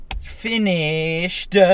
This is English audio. finished